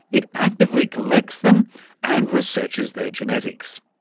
it actively collects them and researches their genetics.